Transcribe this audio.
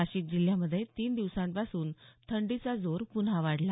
नाशिक जिल्ह्यामधे तीन दिवसांपासून थंडीचा जोर पुन्हा वाढला